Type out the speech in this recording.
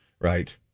Right